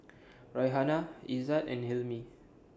Raihana Izzat and Hilmi